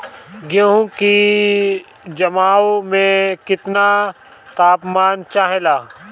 गेहू की जमाव में केतना तापमान चाहेला?